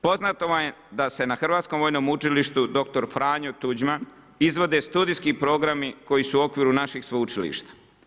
Poznato vam je da se na hrvatskom vojnom učilištu Doktor Franjo Tuđman, izvode studijski programi koji su u okviru našeg sveučilišta.